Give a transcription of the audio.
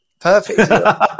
Perfect